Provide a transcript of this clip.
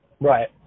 Right